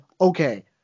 okay